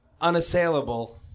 unassailable